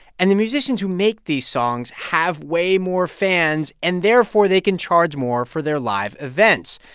and the musicians who make these songs have way more fans, and therefore, they can charge more for their live events.